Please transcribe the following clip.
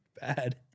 bad